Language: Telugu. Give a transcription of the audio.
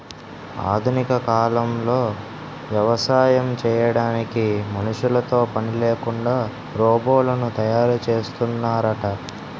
ఆధునిక కాలంలో వ్యవసాయం చేయడానికి మనుషులతో పనిలేకుండా రోబోలను తయారు చేస్తున్నారట